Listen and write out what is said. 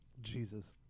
Jesus